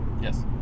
Yes